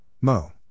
Mo